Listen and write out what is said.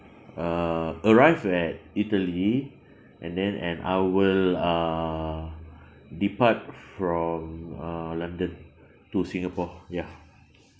uh arrive at italy and then and I will uh depart from uh london to singapore ya